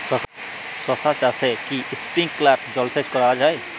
শশা চাষে কি স্প্রিঙ্কলার জলসেচ করা যায়?